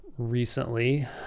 recently